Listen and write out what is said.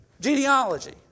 genealogy